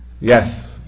Yes